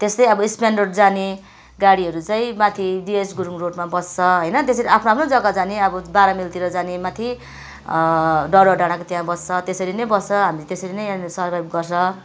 त्यस्तै अब span road जाने गाडीहरू चाहिँ माथि जिएस गुरूङ रोडमा बस्छ होइन त्यसरी आफ्नो आफ्नो जग्गा जाने बाह्र माइलतिर जाने माथि डरुवा डाँडाको त्यहाँ बस्छ त्यसरी नै बस्छ हामी त्यसरी नै यहाँनिर सरभाइब गर्छ